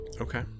Okay